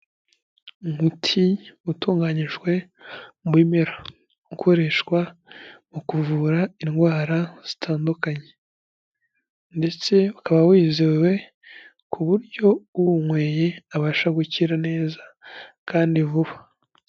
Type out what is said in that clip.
Umuti utunganyijwe mu bimera ukoreshwa mu kuvura indwara zitandukanye, ndetse ukaba wizewe ku buryo uwunyweye abasha gukira neza kandi vuba.